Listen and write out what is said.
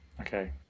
Okay